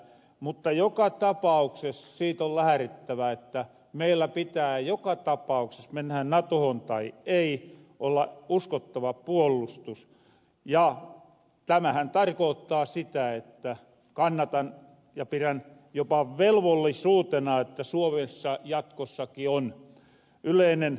mutta joka tapaukses siit on lähärettävä että meillä pitää joka tapaukses mennähän natohon tai ei olla uskottava puollustus ja tämähän tarkoottaa sitä että kannatan ja pirän jopa velvollisuutena että suomessa jatkossaki on yleinen asevelvollisuus